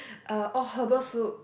uh oh herbal soup